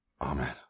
Amen